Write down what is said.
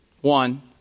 One